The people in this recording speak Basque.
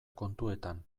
kontuetan